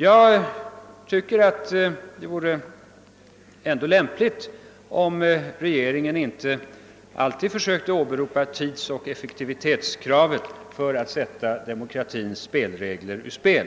Jag tycker att regeringen inte alltid skall försöka åberopa tidsoch effektivitetskraven för att sätta demokratins regler ur spel.